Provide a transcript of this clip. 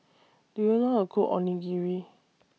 Do YOU know How Cook Onigiri